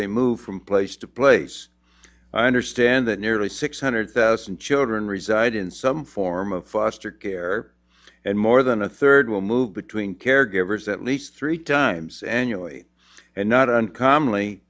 a move from place to place i understand that nearly six hundred thousand children reside in some form of foster care and more than a third will move between caregivers at least three times annually and not uncommon